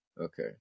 okay